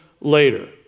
later